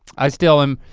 i still am,